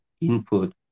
input